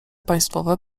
państwowe